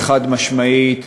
היא חד-משמעית.